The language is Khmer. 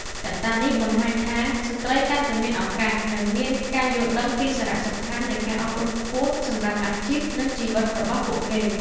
កត្តានេះបង្ហាញថា ស្ត្រីកាន់តែមានឱកាសនិងមានការយល់ដឹងពីសារៈសំខាន់នៃការអប់រំខ្ពស់សម្រាប់អាជីពនិងជីវិតរបស់ពួកគេ។